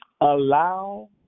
Allow